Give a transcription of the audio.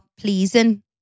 pleasing